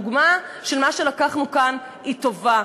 הדוגמה של מה שלקחנו כאן היא טובה,